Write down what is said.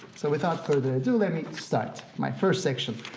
so without further ado, let me start my first section.